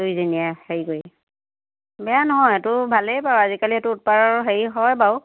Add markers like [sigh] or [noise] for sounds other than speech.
দুইজনীয়ে হেৰি কৰি বেয়া নহয় সেইটো ভালেই বাৰু আজিকালি সেইটো [unintelligible] হেৰি হয় বাৰু